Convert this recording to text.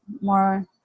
more